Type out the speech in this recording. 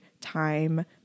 time